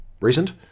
recent